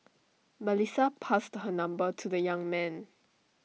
Melissa passed her number to the young man